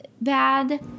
bad